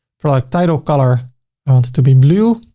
product title color i want it to be blue.